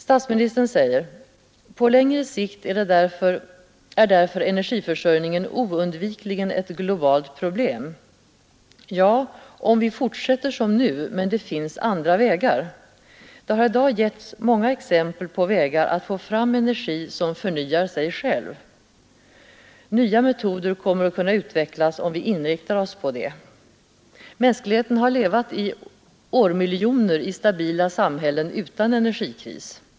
Statsministern säger också: ”På längre sikt är därför energiförsörjningen oundvikligen ett globalt problem.” Ja, det är den, om vi fortsätter som nu. Men det finns andra vägar. Det har i dag givits många exempel på möjligheter att få fram energi som förnyar sig själv, och nya metoder kommer att kunna utvecklas om vi inriktar oss på det. Mänskligheten har levat under årmiljoner i stabila samhällen utan energikris.